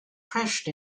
crashed